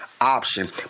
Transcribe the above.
option